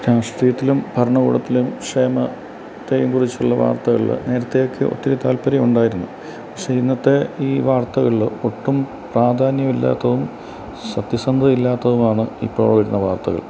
രാഷ്ട്രീയത്തിലും ഭരണകൂടത്തിലും ക്ഷേമത്തെയും കുറിച്ചുള്ള വാർത്തകളില് നേരത്തെ ഒക്കെ ഒത്തിരി താല്പര്യമുണ്ടായിരുന്നു പക്ഷേ ഇന്നത്തെ ഈ വാർത്തകളിൽ ഒട്ടും പ്രാധാന്യമില്ലാത്തതും സത്യസന്ധത ഇല്ലാത്തതുമാണ് ഇപ്പോൾ വരുന്ന വാർത്തകൾ